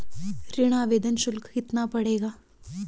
ऋण आवेदन शुल्क कितना पड़ेगा?